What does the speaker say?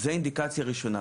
אז זאת האינדיקציה הראשונה,